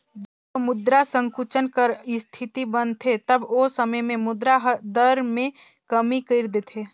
जब मुद्रा संकुचन कर इस्थिति बनथे तब ओ समे में मुद्रा दर में कमी कइर देथे